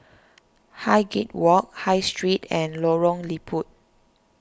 Highgate Walk High Street and Lorong Liput